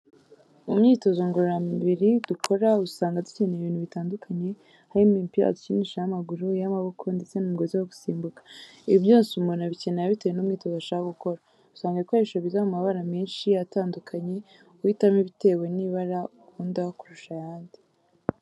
Mu myitoza ngororamubiri dukora, usanga dukenera ibintu bitandukanye, harimo imipira dukinisha y'amaguru, iy'amaboko, ndetse n'umugozi wo gusimbuka. Ibi byose umuntu abikenera bitewe n'umwitozo ashaka gukora. Usanga ibikoresho biza mu mabara menshi atandukanye, uhitamo bitewe n'ibara ukunda kurusha ayandi.